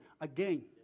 again